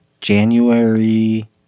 January